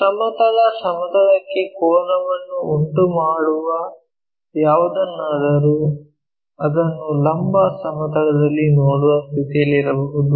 ಸಮತಲ ಸಮತಲಕ್ಕೆ ಕೋನವನ್ನು ಉಂಟುಮಾಡುವ ಯಾವುದನ್ನಾದರೂ ಅದನ್ನು ಲಂಬ ಸಮತಲದಲ್ಲಿ ನೋಡುವ ಸ್ಥಿತಿಯಲ್ಲಿರಬಹುದು